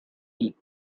peak